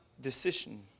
decision